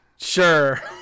sure